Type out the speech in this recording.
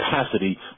capacity